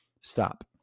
stop